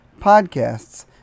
podcasts